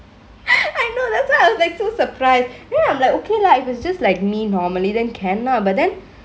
I know that's why I was like so surprised then I'm like okay lah if it's just like me normally then can lah but then